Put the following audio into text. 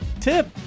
tip